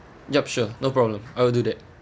yup sure no problem I will do that